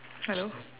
hello